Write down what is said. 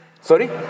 Sorry